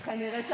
היא כנראה שכחה,